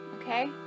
okay